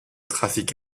trafic